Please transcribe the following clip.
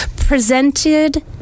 presented